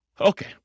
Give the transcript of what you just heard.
Okay